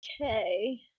Okay